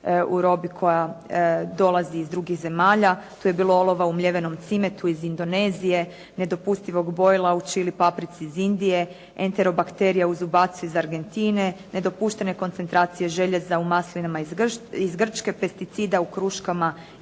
u robi koja dolazi iz drugih zemalja. Tu je bilo olova u mljevenom cimetu iz Indonezije, nedopustivog bojila u chili paprici iz Indije, enterobakterija u zubatcu iz Argentine, nedopuštene koncentracije željeza u maslinama iz Grčke, pesticida u kruškama